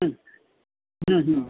હમ હમ હમ